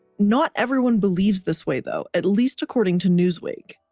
not everyone believes this way though. at least according to newsweek,